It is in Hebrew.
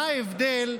אתה משקר.